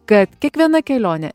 kad kiekviena kelionė